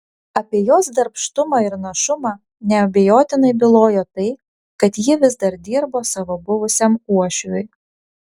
apie jos darbštumą ir našumą neabejotinai bylojo tai kad ji vis dar dirbo savo buvusiam uošviui